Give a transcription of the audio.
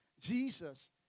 Jesus